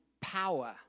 power